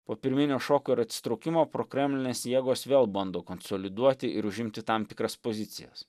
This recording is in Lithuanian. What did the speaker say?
po pirminio šoko ir atsitraukimo prokremlinės jėgos vėl bando konsoliduoti ir užimti tam tikras pozicijas